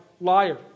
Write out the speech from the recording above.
liar